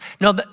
No